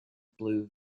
blue